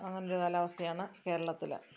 അങ്ങനെയൊരു കാലാവസ്ഥയാണ് കേരളത്തില്